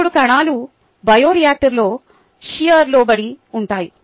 ఇప్పుడు కణాలు బయోరియాక్టర్లో షియర్ లోబడి ఉంటాయి